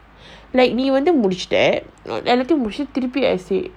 like நீவந்துமுடிச்சிட்டஎல்லாத்தையும்முடிச்சிட்டுதிருப்பி:nee vandhu mudichita ellathayum mudichitu thirupi